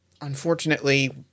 unfortunately